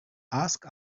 ask